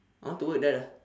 I want to work that ah